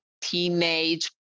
teenage